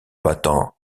battant